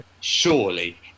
surely